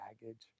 baggage